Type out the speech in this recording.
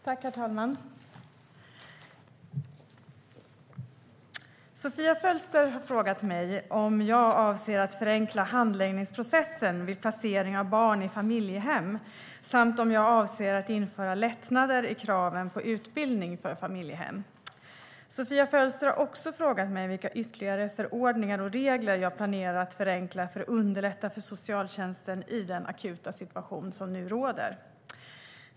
Herr talman! Sofia Fölster har frågat mig om jag avser att förenkla handläggningsprocessen vid placering av barn i familjehem samt om jag avser att införa lättnader i kraven på utbildning för familjehem. Sofia Fölster har också frågat mig vilka ytterligare förordningar och regler jag planerar att förenkla för att underlätta för socialtjänsten i den akuta situation som nu råder.